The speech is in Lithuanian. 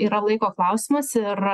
yra laiko klausimas ir